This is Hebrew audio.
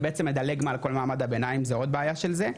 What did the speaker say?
זה בעצם מדלג מעל כל מעמד הביניים זה עוד בעיה של זה.